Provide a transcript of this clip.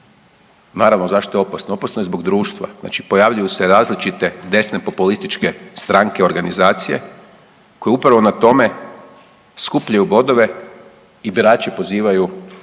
Naravno zašto je opasno? Opasno je zbog društva, znači pojavljuju se različite desne populističke stranke i organizacije koje upravo na tome skupljaju bodove i birače pozivaju na